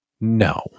No